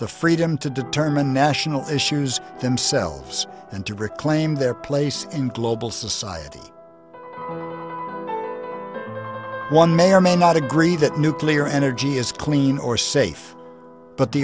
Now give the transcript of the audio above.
the freedom to determine national issues themselves and to reclaim their place in global society one may or may not agree that nuclear energy is clean or safe but the